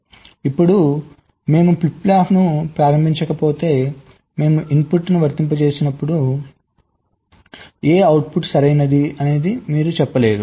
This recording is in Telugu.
ఇప్పుడు మేము ఫ్లిప్ ఫ్లాప్ను ప్రారంభించకపోతే మేము ఇన్పుట్ను వర్తింపజేసినప్పుడు ఏ అవుట్పుట్ సరైనదని మీరు చెప్పలేరు